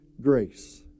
grace